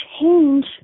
change